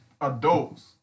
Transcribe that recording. adults